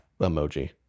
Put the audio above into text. Emoji